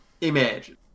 Imagine